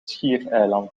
schiereiland